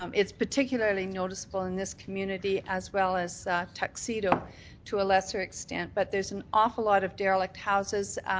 um it's particularly noticeable in this community as well as tuxedoed to a lesser extent but there's an awful lot of derelict houses.